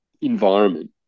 environment